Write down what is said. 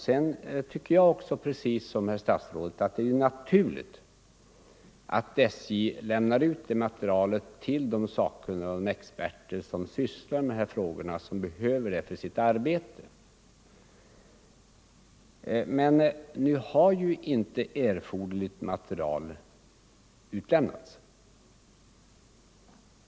Jag tycker precis som herr statsrådet att det är naturligt att SJ lämnar ut det materialet till de sakkunniga och experter som sysslar med dessa frågor och som behöver materialet för sitt arbete. Men nu har inte erforderligt material lämnats ut.